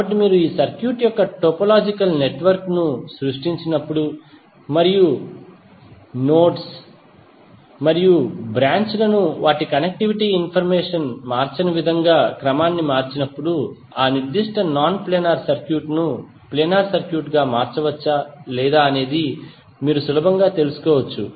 కాబట్టి మీరు ఈ సర్క్యూట్ యొక్క టోపోలాజికల్ నెట్వర్క్ ను సృష్టించినప్పుడు మరియు నోడ్ స్ మరియు బ్రాంచ్లను వాటి కనెక్టివిటీ ఇన్ఫర్మేషన్ మార్చని విధంగా క్రమాన్ని మార్చినప్పుడు ఆ నిర్దిష్ట నాన్ ప్లేనార్ సర్క్యూట్ ను ప్లేనార్ సర్క్యూట్గా మార్చవచ్చా లేదా అని మీరు సులభంగా తెలుసుకోవచ్చు